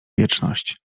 wieczność